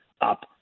up